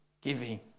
giving